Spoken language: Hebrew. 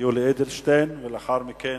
יולי אדלשטיין, ולאחר מכן